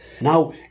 Now